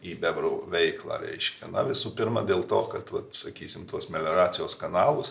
į bebrų veiklą reiškia na visų pirma dėl to kad vat sakysim tuos melioracijos kanalus